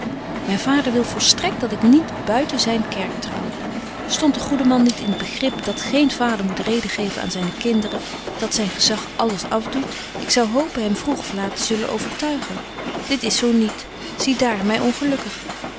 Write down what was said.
myn vader wil volstrekt dat ik niet buiten zyne kerk trouw stondt de goede man niet in het begrip dat geen vader moet reden geven aan zyne kinderen dat zyn gezag alles afdoet ik zou hopen hem vroeg of laat te zullen overtuigen dit is zo niet zie daar my ongelukkig